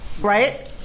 right